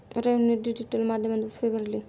रवीने डिजिटल माध्यमातून फी भरली